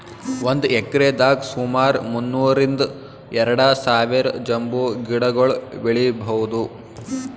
ಒಂದ್ ಎಕ್ರೆದಾಗ್ ಸುಮಾರ್ ಮುನ್ನೂರ್ರಿಂದ್ ಎರಡ ಸಾವಿರ್ ಬಂಬೂ ಗಿಡಗೊಳ್ ಬೆಳೀಭೌದು